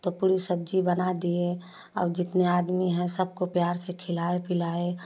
तो पूड़ी सब्जी बना दिए अब जितने आदमी हैं सबको प्यार से खिलाये पिलाये